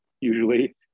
Usually